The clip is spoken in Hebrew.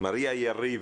מריה יריב.